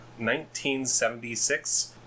1976